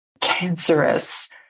cancerous